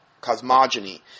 cosmogony